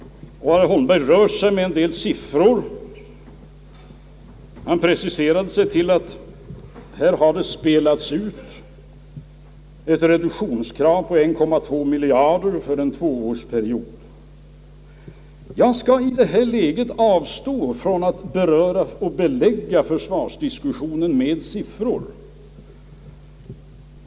Herr Holmberg rörde sig med en del siffror. Han preciserade sig till att det har spelats ut ett reduktionskrav på 1,2 miljard kronor för en tvåårsperiod. Jag skall i detta läge avstå från att gå in på någon försvarsdiskussion med siffror.